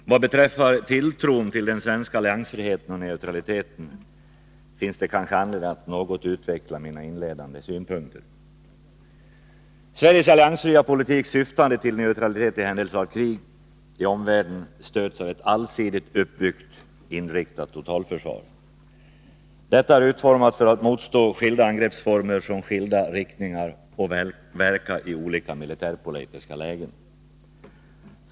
Fru talman! Vad beträffar tilltron till den svenska alliansfriheten och neutraliteten finns det anledning att något utveckla mina inledande synpunkter. 61 Sveriges alliansfria politik syftande till neutralitet i händelse av krig i omvärlden stöds av ett allsidigt uppbyggt inriktat totalförsvar, utformat för att motstå skilda angreppsformer från skilda riktningar och verka i olika militärpolitiska lägen.